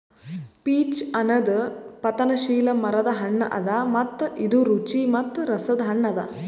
peach ಅನದ್ ಪತನಶೀಲ ಮರದ್ ಹಣ್ಣ ಅದಾ ಮತ್ತ ಇದು ರುಚಿ ಮತ್ತ ರಸದ್ ಹಣ್ಣ ಅದಾ